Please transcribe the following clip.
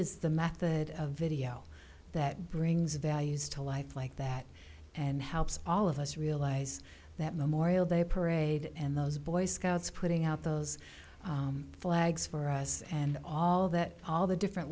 is the method of video that brings values to life like that and helps all of us realize that memorial day parade and those boy scouts putting out those flags for us and all that all the different